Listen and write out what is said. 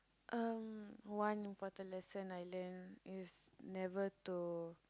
uh one important lesson I learnt is never to